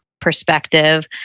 perspective